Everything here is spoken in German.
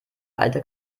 alte